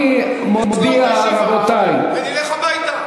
אני מודיע, רבותי, תסגור את הישיבה ונלך הביתה.